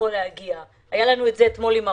היה לנו את זה עם הרופאים,